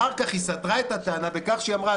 אחר כך היא סתרה את הטענה בכך שהיא אמרה